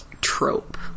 trope